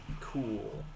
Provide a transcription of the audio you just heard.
Cool